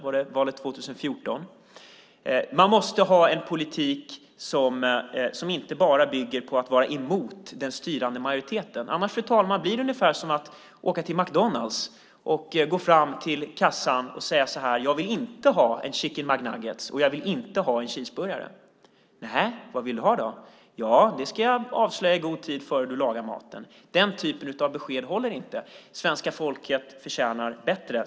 Var det valet 2014? Man måste ha en politik som inte bara bygger på att vara emot den styrande majoriteten. Annars, fru talman, blir det ungefär som att åka till McDonalds och gå fram till kassan och säga: Jag vill inte ha en Chicken McNuggets och jag vill inte ha en cheeseburgare. Vad vill du ha då? Det ska jag avslöja i god tid innan du lagar maten. Den typen av besked håller inte. Svenska folket förtjänar bättre.